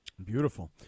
beautiful